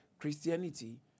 Christianity